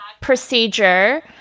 procedure